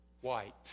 white